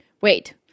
Wait